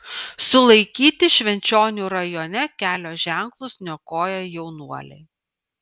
sulaikyti švenčionių rajone kelio ženklus niokoję jaunuoliai